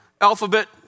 alphabet